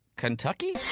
Kentucky